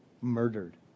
murdered